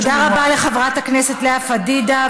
תודה רבה לחברת הכנסת לאה פדידה,